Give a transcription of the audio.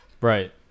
right